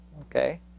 okay